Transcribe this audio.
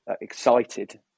excited